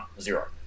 zero